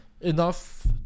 enough